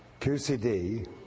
QCD